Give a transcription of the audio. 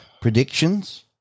predictions